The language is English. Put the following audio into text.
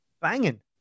banging